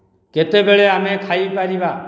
କେତେବେଳେ ଆମେ ଖାଇ ପାରିବା